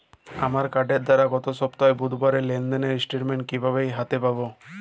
আমার কার্ডের দ্বারা গত সপ্তাহের বুধবারের লেনদেনের স্টেটমেন্ট কীভাবে হাতে পাব?